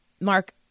Mark